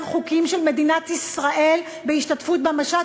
חוקים של מדינת ישראל בהשתתפות במשט,